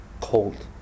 cold